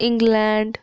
England